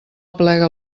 aplega